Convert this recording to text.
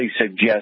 suggest